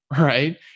right